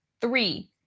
Three